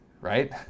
right